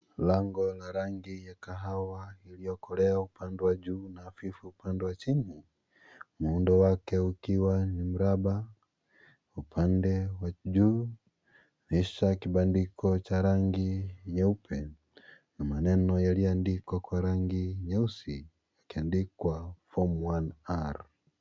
Lango la rangi ya kahawia iliyokolea upande wa juu na hafifu upande chini, muundo wake ukiwa ni mraba upande wa juu ni za kibandiko cha rangi nyeupe na maneno yaliyoandikwa kwa rangi nyeusi ikiandikwa form one R .